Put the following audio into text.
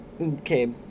Okay